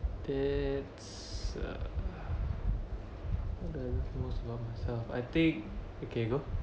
that's uh what do I love most about myself ya I think okay go